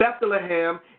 Bethlehem